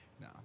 No